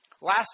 Last